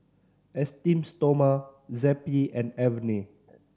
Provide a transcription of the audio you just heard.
Esteem Stoma Zappy and Avene